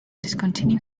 discontinue